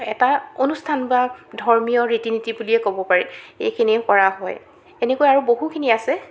এটা অনুষ্ঠান বা ধৰ্মীয় ৰীতি নীতি বুলিয়ে ক'ব পাৰি এইখিনিয়ে কৰা হয় এনেকুৱা আৰু বহুখিনি আছে